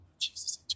Jesus